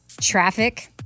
Traffic